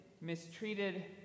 mistreated